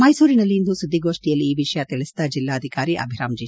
ಮೈಸೂರಿನಲ್ಲಿಂದು ಸುದ್ದಿಗೋಷ್ಠಿಯಲ್ಲಿ ಈ ವಿಷಯ ತಿಳಿಸಿದ ಜಿಲ್ಲಾಧಿಕಾರಿ ಅಭಿರಾಮ್ ಜಿ